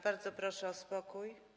Bardzo proszę o spokój.